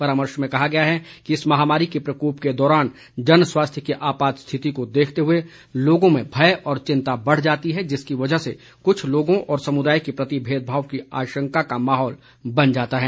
परामर्श में कहा गया है कि इस महामारी के प्रकोप के दौरान जन स्वास्थ्य की आपात स्थिति को देखते हुए लोगों में भय और चिंता बढ़ जाती है जिसकी वजह से कुछ लोगों और समुदायों के प्रति भेदभाव की आशंका का माहौल बन जाता है